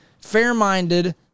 fair-minded